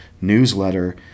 newsletter